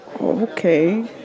Okay